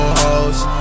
hoes